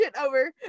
over